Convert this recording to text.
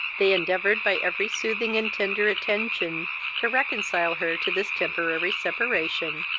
they endeavoured by every soothing and tender attention to reconcile her to this temporary separation,